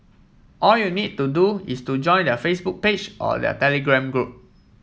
all you need to do is to join their Facebook page or their Telegram group